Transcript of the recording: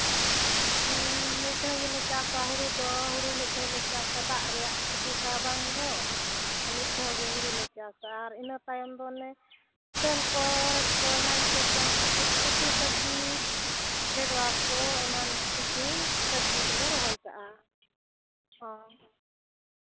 ᱢᱤᱫ ᱫᱷᱟᱣ ᱜᱮᱞᱮ ᱪᱟᱥᱟ ᱦᱳᱲᱳ ᱫᱚ ᱦᱩᱲᱩ ᱢᱤᱫ ᱫᱷᱟᱣ ᱞᱮ ᱪᱟᱥᱟ ᱫᱟᱜ ᱨᱮᱭᱟᱜ ᱥᱩᱵᱤᱫᱷᱟ ᱵᱟᱝ ᱫᱚ ᱢᱤᱫ ᱫᱷᱟᱣ ᱜᱮ ᱦᱳᱲᱳᱞᱮ ᱪᱟᱥᱼᱟ ᱟᱨ ᱤᱱᱟᱹ ᱛᱟᱭᱚᱢ ᱫᱚ ᱚᱱᱮ ᱫᱟᱹᱞ ᱠᱚ ᱦᱚᱲᱮᱡ ᱠᱚ ᱮᱢᱟᱱ ᱠᱚ ᱪᱟᱥ ᱠᱟᱛᱮ ᱩᱛᱩ ᱥᱚᱵᱽᱡᱤ ᱵᱷᱮᱰᱣᱟ ᱠᱚ ᱮᱢᱟᱱ ᱠᱤᱪᱷᱩ ᱥᱚᱵᱽᱡᱤ ᱠᱚᱞᱮ ᱨᱚᱦᱚᱭ ᱠᱟᱜᱼᱟ ᱦᱚᱸ